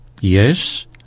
yes